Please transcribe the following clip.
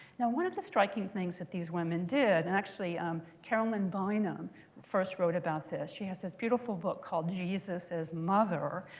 now one of the striking things that these women did and actually caroline bynum first wrote about this. she has this beautiful book called jesus as mother.